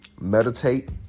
meditate